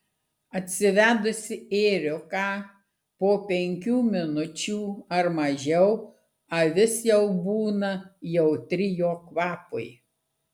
atsivedusi ėriuką po penkių minučių ar mažiau avis jau būna jautri jo kvapui